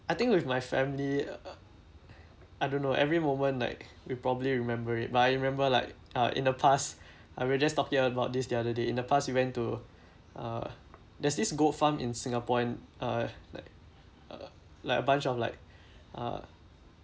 I think with my family I don't know every moment like we probably remember it but I remember like uh in the past and we're just talking about this the other day in the past we went to uh there's this goat farm in singapore and uh like uh like a bunch of like uh